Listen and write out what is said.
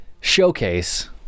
showcase